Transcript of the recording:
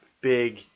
big